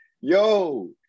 yo